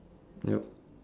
yup